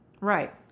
Right